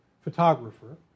photographer